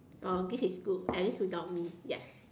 oh this is good at least without me yes